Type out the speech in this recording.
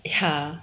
ya